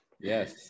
Yes